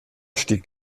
stieg